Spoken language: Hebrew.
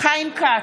חיים כץ,